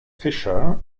fisher